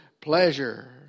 pleasure